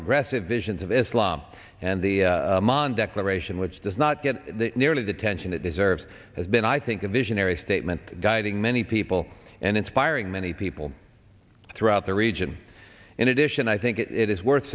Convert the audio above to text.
progressive visions of islam and the mon declaration which does not get nearly the tension it deserves has been i think a visionary statement guiding many people and inspiring many people throughout the region in addition i think it is worth